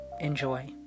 enjoy